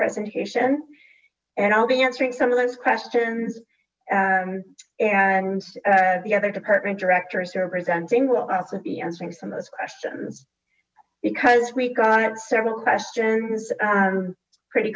presentation and i'll be answering some of those questions and the other department director is representing will also be answering some of those questions because we got several questions pretty